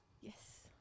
Yes